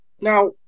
Now